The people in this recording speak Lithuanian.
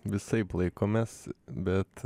visaip laikomės bet